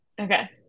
Okay